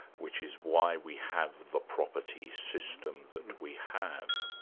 which is why we have the property system that we have.